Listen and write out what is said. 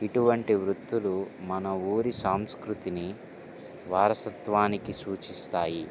ఇటువంటి వృత్తులు మన ఊరి సాంస్కృతిని వారసత్వానికి సూచిస్తాయి